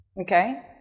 Okay